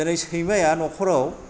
दिनै सैमाया न'खराव